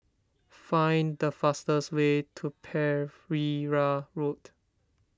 find the fastest way to Pereira Road